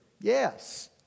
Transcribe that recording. Yes